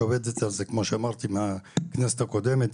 שעובדת על זה כמו שאמרתי עוד מהכנסת הקודמת,